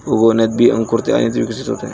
उगवणात बी अंकुरते आणि विकसित होते